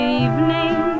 evening